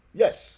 yes